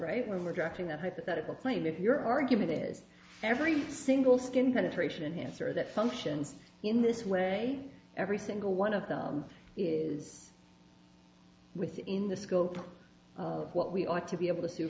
right when we're addressing that hypothetical claim if your argument is every single skin penetration enhancers that functions in this way every single one of them is within the scope of what we ought to be able to sue